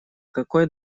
какой